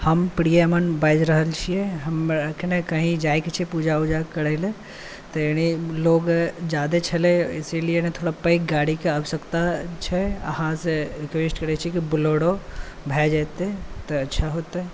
हम प्रियमन बाजि रहल छियै हमरा एखने कहीं जाइ के छै पूजा ऊजा करै लय मतलब लोग जादा छलै इसीलिये थोड़ा पैघ गाड़ी के आवश्यक छै अहाँके रिक्वेस्ट करै छी जे बोलेरो भऽ जेतै तऽ अच्छा हेतै